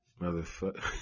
motherfucker